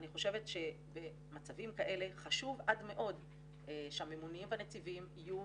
אני חושבת שבמצבים כאלה חשוב עד מאוד שהממונים והנציבים יהיו